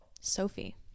Sophie